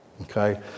Okay